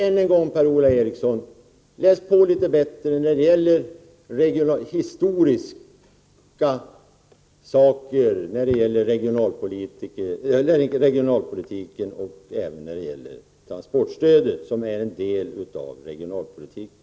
Än en gång, Per-Ola Eriksson: Läs på litet bättre om regionalpolitikens historia! Detsamma gäller transportstödet, som är en del av denna politik.